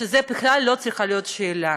שזו בכלל לא צריכה להיות שאלה.